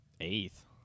Eighth